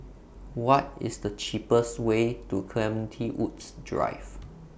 What IS The cheapest Way to Clementi Woods Drive